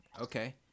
Okay